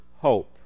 hope